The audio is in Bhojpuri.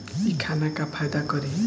इ खाना का फायदा करी